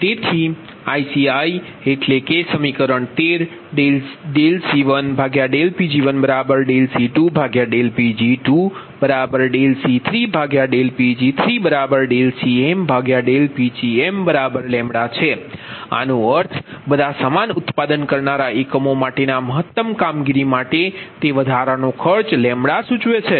તેથી ICi એટલે કે સમીકરણ 13 ∂C1Pg1∂C2Pg2∂C3Pg3 ∂CmPgmλ છે આનો અર્થ બધા સમાન ઉત્પાદન કરનારા એકમો માટેના મહત્તમ કામગીરી માટે તે વધારાનો ખર્ચ શુચવે છે